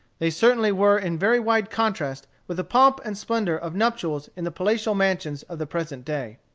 they certainly were in very wide contrast with the pomp and splendor of nuptials in the palatial mansions of the present day.